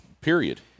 Period